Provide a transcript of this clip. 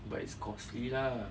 but it's costly lah